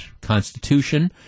constitution